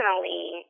personally